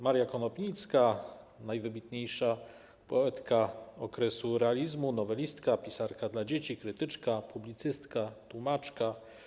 Maria Konopnicka, najwybitniejsza poetka okresu realizmu, nowelistka, pisarka dla dzieci, krytyczka, publicystka, tłumaczka.